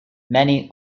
many